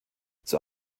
zur